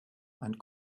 and